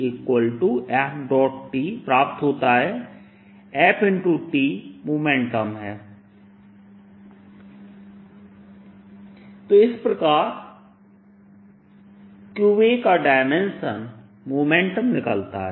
AB ABLFLqV qvBF or BFqv qAFtमोमेंटम or qAमोमेंट की डायमेंशन तो इस प्रकार q A का डायमेंशन मोमेंटम निकलता है